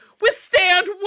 Withstand